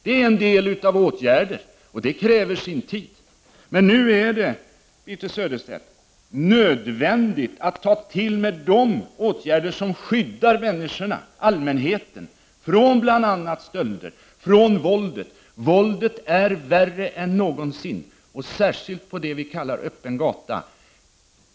Det är en del av det som behöver åtgärdas, och det kräver sin tid. Men nu, Birthe Sörestedt, är det nödvändigt att ta till de åtgärder som skyddar människorna, allmänheten, från bl.a. stölder och våld. Våldet är värre än någonsin, och särskilt på det vi kallar för öppen gata.